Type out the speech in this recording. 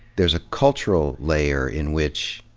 there's a cultural layer in which